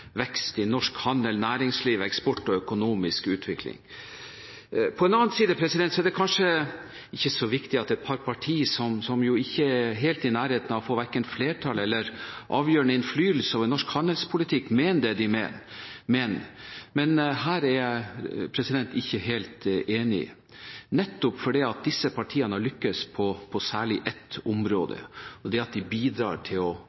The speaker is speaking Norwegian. vekst i norsk handel, næringsliv, eksport og økonomisk utvikling. På den annen side er det kanskje ikke så viktig at et par partier som ikke er helt i nærheten av verken å få flertall eller avgjørende innflytelse over norsk handelspolitikk, mener det de mener. Men her er jeg ikke helt enig, nettopp fordi disse partiene har lyktes på særlig ett område, og det er at de bidrar til å